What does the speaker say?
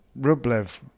Rublev